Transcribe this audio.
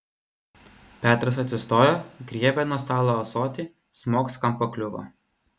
petras atsistojo griebė nuo stalo ąsotį smogs kam pakliuvo